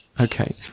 okay